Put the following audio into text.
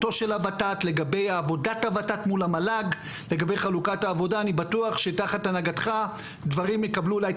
אני חושבת שהדברים האחרים נאמרו.